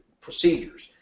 procedures